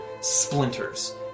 splinters